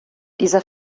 dieser